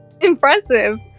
Impressive